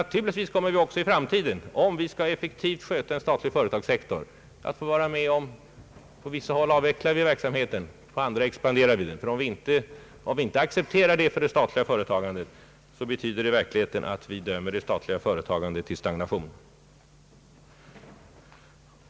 Naturligtvis kommer vi också i framtiden att få vara med om — därest vi skall effektivt sköta en statlig företagssektor — att på vissa håll avveckla verksamheten och på andra håll expandera. Om vi inte accepterar detta för det statliga företagandet, betyder det i verkligheten att vi dömer det statliga företagandet till stagnation.